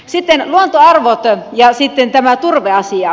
sitten luontoarvot ja sitten tämä turveasia